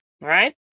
right